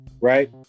Right